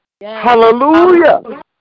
Hallelujah